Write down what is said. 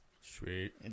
Sweet